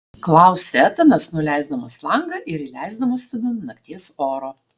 klausia etanas nuleisdamas langą ir įleisdamas vidun nakties oro